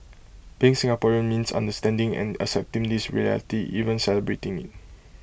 being Singaporean means understanding and accepting this reality even celebrating IT